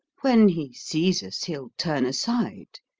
when he sees us, he'll turn aside.